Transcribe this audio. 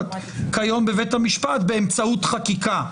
הרווחת כיום בבית המשפט באמצעות חקיקה,